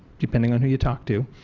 depending on who you talk to,